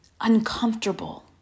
uncomfortable